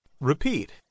repeat